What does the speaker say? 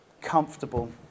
comfortable